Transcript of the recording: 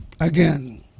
again